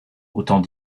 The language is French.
autant